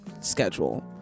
schedule